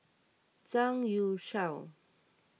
Zhang Youshuo